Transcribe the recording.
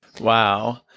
Wow